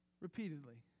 Repeatedly